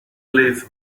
live